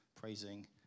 praising